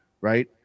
right